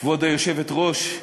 כבוד היושבת-ראש,